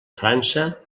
frança